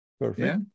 Perfect